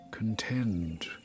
contend